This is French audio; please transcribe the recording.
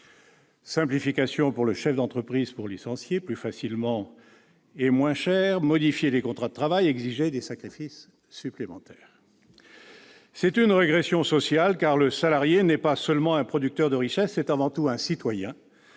simplification pour le chef d'entreprise afin de licencier plus facilement et moins cher, modifier les contrats de travail, exiger des sacrifices supplémentaires. C'est une grande régression sociale, car le salarié n'est pas seulement un producteur de richesse : c'est avant tout un citoyen